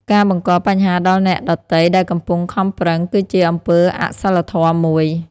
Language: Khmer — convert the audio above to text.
ការបង្កបញ្ហាដល់អ្នកដទៃដែលកំពុងខំប្រឹង គឺជាអំពើអសីលធម៌មួយ។